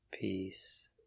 Peace